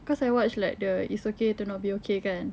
cause I watch like the it's okay to not be okay kan